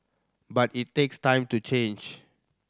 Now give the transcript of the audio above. but it takes time to change